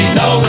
no